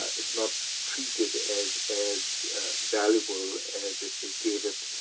ah it's not treated as as valuable as if they gave it